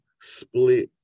split